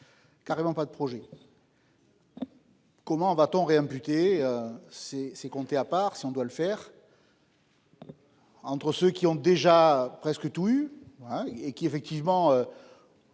Carrément pas de projet. Comment va-t-on re-amputé. C'est c'est compter à part si on doit le faire. Entre ceux qui ont déjà presque tous eu hein et qui effectivement. Ont